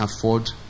afford